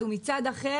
ומצד שני,